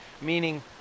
meaning